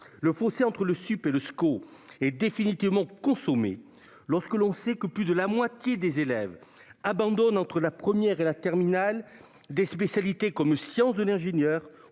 le fossé entre le sud et le Scot est définitivement consommée lorsque l'on sait que plus de la moitié des élèves abandonnent entre la première et la terminale des spécialités comme sciences de l'ingénieur